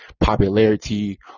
popularity